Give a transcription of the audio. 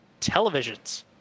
televisions